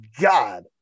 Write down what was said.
God